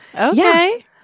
Okay